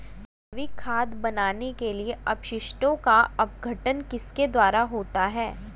जैविक खाद बनाने के लिए अपशिष्टों का अपघटन किसके द्वारा होता है?